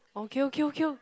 okay okay okay